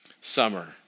summer